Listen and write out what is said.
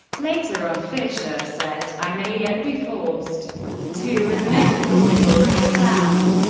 later on fischer said i may yet be forced to admit that the winawer is sound.